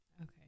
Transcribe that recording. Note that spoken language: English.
okay